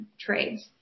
trades